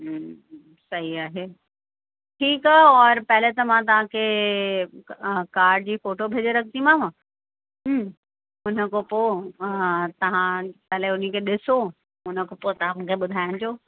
हम्म हम्म सही आहे ठीकु आहे और पहले त मां तव्हांखे हा कार जी फ़ोटो भेजे रखंदीमांव हम्म हुन खां पोइ हा तव्हां पहले हुनखे ॾिसो हुन खां पोइ तव्हां मूंखे ॿुधाइजो